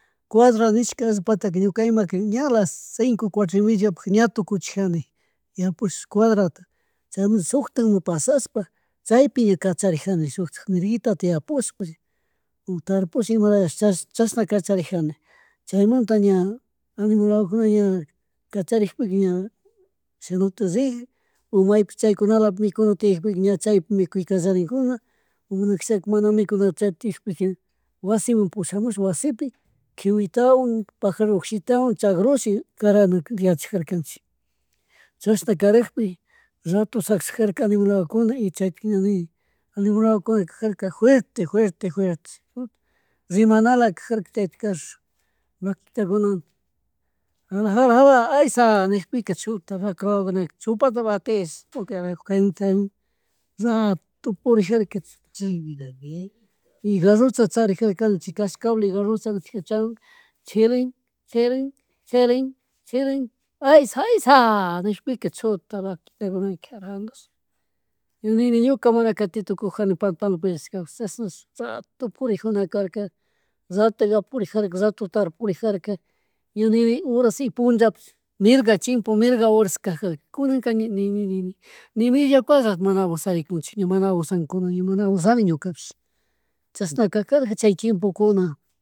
Cuadra nishka allpataka ñuka ima ñala cinco, cuatro y media pagka ña tukuchijani yapush cuadrata chaymun shuktamun pasaspa chaypu kacharijarkani shuktik mirguitata yapush o tarpush imayalash chashna kacharijani, chaymanta ña animal wawa ña kacharikpika ña rick o maypi chaykunalapi mikuna tiyakpika ña chaypi mikuyta kallarinkuna o mana kashaka mana mikudor chaytipika wasimun pushamush, wasipi kiwitawan pajar ukshitawan chagrunsh karana yachakjarkanchik chashna karakji raro shakshakjarkani y chaytik ña nini animal wawakuna kajarka juerte, juerte, juerte, rimanlakajarka chaytik karish vakitakuna jala, jala, jala ashay nikpika chuta vacawawakunaka chupata vatish puta carajo, kaymunta rato purijarka chishna y garocha charijarkanchik, kashkan cable garochalatik chawanka chilin, chilin, chilin, chilin ayshay, ayshay nishpika chuta vaquitakunaka carambas nini ñuka mana katitukukujuna kawshasi rato purijunakarka rato purijarka tarpurijarka ña nini horas y punlla pish mirga chimpo, mirga horas kajarka kunanka ni, ni, ni, ni media cuadrata mana abonsharikunchik ña mana abonsankuna ña mana abonsani ñukapish chashna karkarik chay tiempokuna